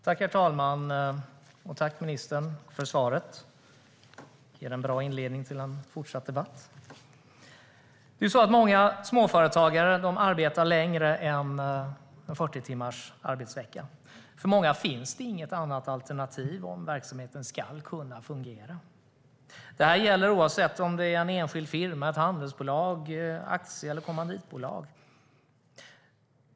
Herr talman! Jag tackar ministern för svaret. Det ger en bra inledning till en fortsatt debatt. Många småföretagare arbetar mer än en 40-timmars arbetsvecka. För många finns det inget annat alternativ om verksamheten ska kunna fungera. Detta gäller oavsett om det är en enskild firma, ett handelsbolag, aktiebolag eller kommanditbolag.